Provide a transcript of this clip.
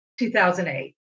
2008